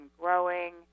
growing